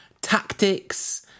tactics